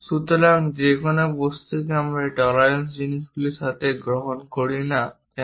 সুতরাং যে কোনো বস্তুকে আমরা এই টলারেন্সস জিনিসগুলির সাথে যাই গ্রহণ করি না কেন